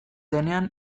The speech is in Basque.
denean